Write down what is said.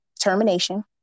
termination